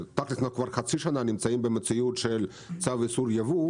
שתכלס אנחנו כבר חצי שנה נמצאים במציאות של צו איסור יבוא,